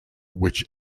which